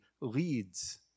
leads